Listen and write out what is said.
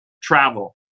travel